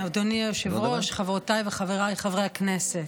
אדוני היושב-ראש, חברותיי וחבריי חברי הכנסת,